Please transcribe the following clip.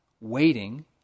waiting